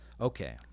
Okay